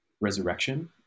resurrection